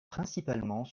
principalement